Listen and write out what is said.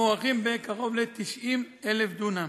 המוערכים בכ-90,000 דונם.